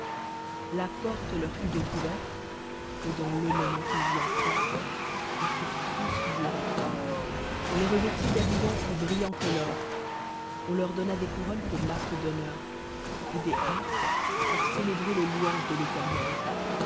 la porte leur fut donc ouverte et dans le moment qu'ils yentrèrent ils furent transfigurés on les revêtit dhabillement plus brillants que lor on leir donna des couronueli poûrp iqarq u d qnqeu et des harpes pour célébrer les louanges de l'eterne